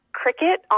cricket